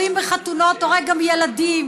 נשק שיורים בו בחתונות הורג גם ילדים.